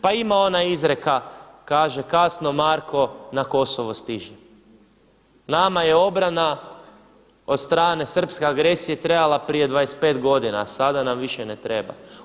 Pa ima ona izreka kaže „Kasno Marko na Kosovo stiže.“ Nama je obrana od strane srpske agresije trebala prije 25 godina a sada nam više ne treba.